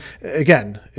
again